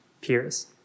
Peers